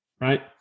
right